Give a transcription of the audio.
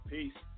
Peace